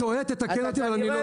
תתקן אותי אבל אני לא טועה.